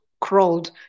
crawled